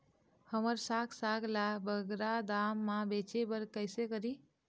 हमर साग साग ला बगरा दाम मा बेचे बर कइसे करी?